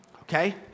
Okay